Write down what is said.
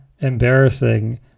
embarrassing